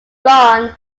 drawn